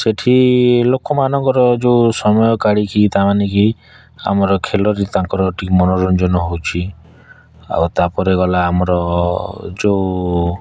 ସେଇଠି ଲୋକମାନଙ୍କର ଯେଉଁ ସମୟ କାଢ଼ିକି ତା'ମାନେ କି ଆମର ଖେଳରେ ତାଙ୍କର ଟିମ୍ ମନୋରଞ୍ଜନର ହେଉଛି ଆଉ ତା'ପରେ ଗଲା ଆମର ଯେଉଁ